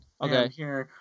Okay